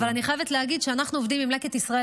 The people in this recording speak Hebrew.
אבל אני חייבת להגיד שאנחנו עובדים עם לקט ישראל